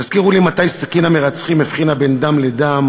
תזכירו לי מתי סכין המרצחים הבחינה בין דם לדם